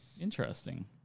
Interesting